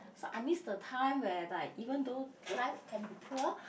so I miss the time whereby even though life can be poor